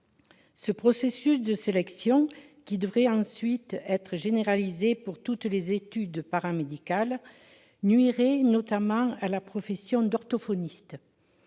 Ce processus de sélection, qui devrait ensuite être généralisé pour toutes les études paramédicales, nuirait notamment à la profession d'orthophoniste.